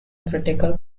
critical